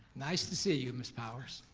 nice to see you miss powers.